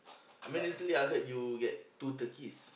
I mean recently I heard you get two turkeys